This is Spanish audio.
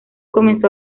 comenzó